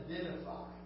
identify